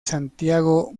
santiago